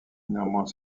néanmoins